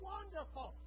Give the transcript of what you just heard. Wonderful